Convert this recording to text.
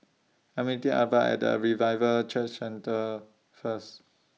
I'm meeting Aretha At The Revival Church Centre First